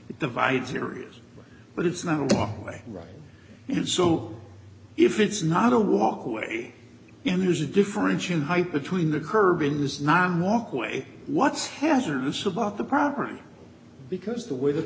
it divides areas but it's not a walkway right and so if it's not a walk away and there's a difference in height between the curb and his nom walkway what's hazardous about the property because the w